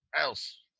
else